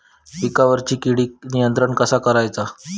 पिकावरची किडीक नियंत्रण कसा करायचा?